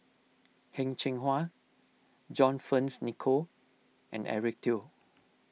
Heng Cheng Hwa John Fearns Nicoll and Eric Teo